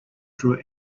drew